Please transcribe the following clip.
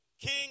King